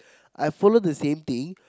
I follow the same thing